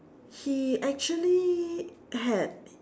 he actually had